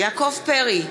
יעקב פרי,